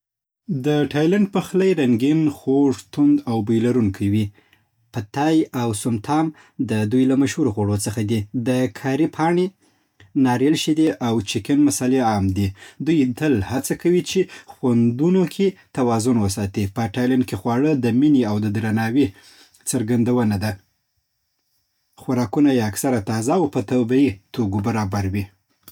د تایلنډ پخلی رنګین، خوږ، تند او بوی‌لرونکی وي. پد تای او سوم تام د دوی له مشهورو خوړو څخه دي. د کاري پاڼې، ناريل شیدې، او چکن مصالحې عام دي. دوی تل هڅه کوي چې خوندونو کې توازن وساتي. په تایلنډ کې خواړه د مینې او درناوي څرګندونه ده. خوراکونه یې اکثراً تازه او په طبیعي توکو برابر وي.